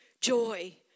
Joy